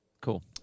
Cool